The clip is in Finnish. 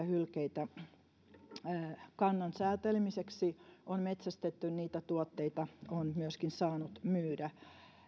hylkeitä on kannan säätelemiseksi laillisesti metsästetty niitä tuotteita on myöskin saanut myydä